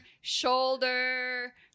shoulder